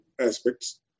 aspects